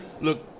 Look